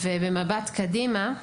במבט קדימה,